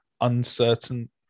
uncertain